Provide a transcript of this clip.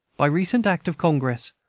by recent act of congress,